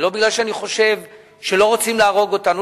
ולא מפני שאני חושב שלא רוצים להרוג אותנו,